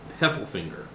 Heffelfinger